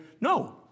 no